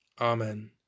Amen